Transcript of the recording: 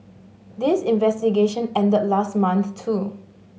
this investigation ended last month too